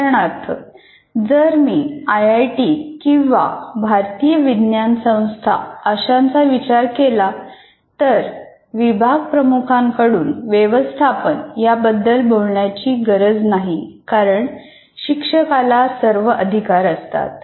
उदाहरणार्थ जर मी आयआयटी किंवा भारतीय विज्ञान संस्था अशांचा विचार केला तर विभागप्रमुखांकडून व्यवस्थापन याबद्दल बोलण्याची गरज नाही कारण शिक्षकाला सर्व अधिकार असतात